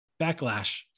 backlash